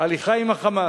הליכה עם ה"חמאס",